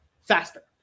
faster